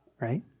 right